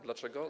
Dlaczego?